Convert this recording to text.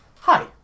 Hi